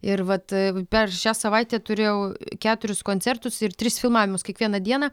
ir vat per šią savaitę turėjau keturis koncertus ir tris filmavimus kiekvieną dieną